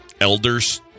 elders